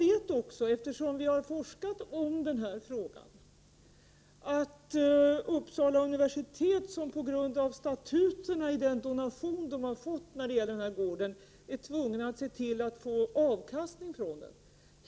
Eftersom vi har forskat i denna fråga vet jag att Uppsala universitet, på grund av de statuter i den donation universitetet har fått när det gäller gården, är tvunget att få avkastning från den.